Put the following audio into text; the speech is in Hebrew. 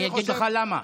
אני אגיד לך למה,